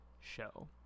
show